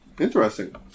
Interesting